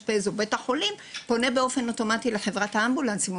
המאשפז פונה באופן אוטומטי לחברת האמבולנסים,